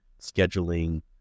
scheduling